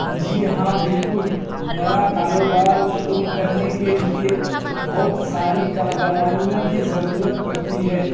جی ہاں بالکل نیا کاروبار شروع کرنے کے لیے بہت ساری کاروائیوں کی ضرورت پڑتی ہے